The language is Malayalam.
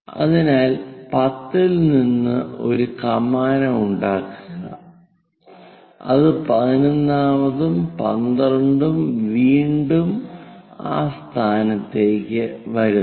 അതിനാൽ 10 ൽ നിന്ന് ഒരു കമാനം ഉണ്ടാക്കുക അതിൽ 11 ാമതും 12 ഉം വീണ്ടും ആ സ്ഥാനത്തേക്ക് വരുന്നു